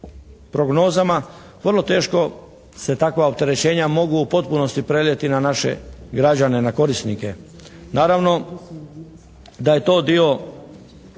prognozama vrlo teško se takva opterećenja mogu u potpunosti prenijeti na naše građane na korisnike. Naravno da je to dio